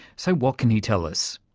so what can he tell us?